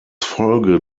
folge